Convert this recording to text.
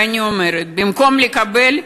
ואני אומרת: במקום לקבל,